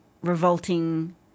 revolting